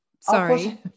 sorry